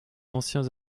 anciens